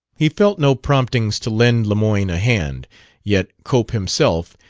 he felt no promptings to lend lemoyne a hand yet cope himself,